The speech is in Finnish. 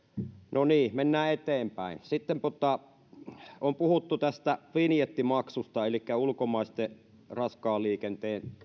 no niin mennään eteenpäin sitten on puhuttu tästä vinjettimaksusta elikkä ulkomaisen raskaan liikenteen